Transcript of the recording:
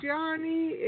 Johnny